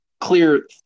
clear